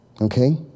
okay